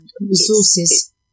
resources